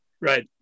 right